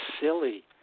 silly